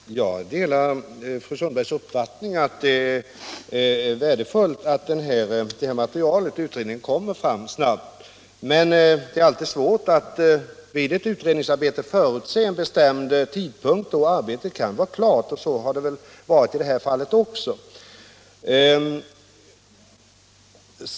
Herr talman! Jag delar fru Sundbergs uppfattning att det är värdefullt att utredningen arbetar snabbt. Men det är alltid svårt vid ett utredningsarbete att förutsäga en bestämd tidpunkt då arbetet kan vara klart, och så har det väl varit i detta fall också.